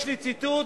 יש לי ציטוט